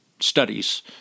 studies